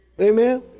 Amen